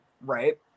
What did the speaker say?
right